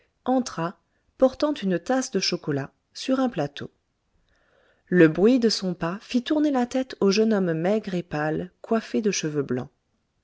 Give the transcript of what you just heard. entra portant une tasse de chocolat sur un plateau le bruit de son pas fit tourner la tête au jeune homme maigre et pâle coiffé de cheveux blancs